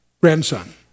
grandson